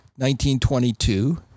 1922